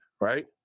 right